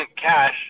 cash